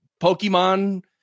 Pokemon